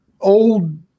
old